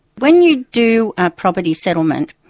when you do a property settlement,